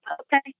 okay